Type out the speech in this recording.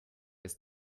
ist